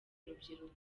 urubyiruko